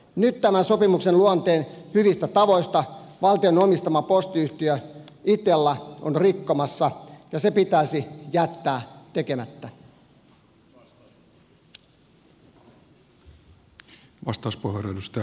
nyt tämän sopimuksen luonteen hyviä tapoja valtion omistama postiyhtiö itella on rikkomassa ja se pitäisi jättää tekemättä